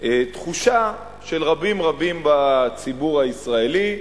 תחושה של רבים רבים בציבור הישראלי,